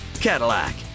Cadillac